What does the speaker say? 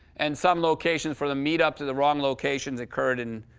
and some locations for the meetups the wrong locations occurred in